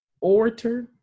orator